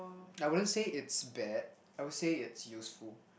I wouldn't say it's bad I would say it's useful